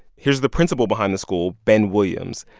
here's the principal behind the school, ben williams,